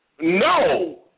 No